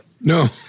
No